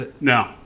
no